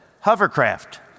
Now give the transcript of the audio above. hovercraft